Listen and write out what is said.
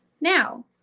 Now